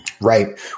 Right